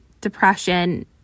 depression